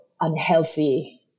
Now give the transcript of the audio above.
unhealthy